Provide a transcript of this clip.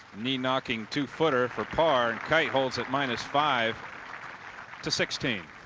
knee knocking two footer for par and kite holds at minus five to sixteen.